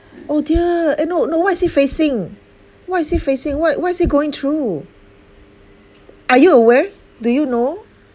oh dear eh no no what is he facing what is he facing what what is he going through are you aware do you know